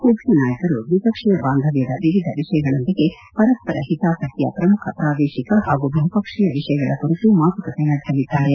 ಉಭಯ ನಾಯಕರು ದ್ವಿಪಕ್ಷೀಯ ಬಾಂಧವ್ಯದ ವಿವಿಧ ವಿಷಯಗಳೊಂದಿಗೆ ಪರಸ್ವರ ಹಿತಾಸಕ್ತಿಯ ಪ್ರಮುಖ ಪ್ರಾದೇಶಿಕ ಹಾಗೂ ಬಹುಪಕ್ಷೀಯ ವಿಷಯಗಳ ಕುರಿತು ಮಾತುಕತೆ ನಡೆಸಲಿದ್ದಾರೆ